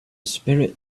spirit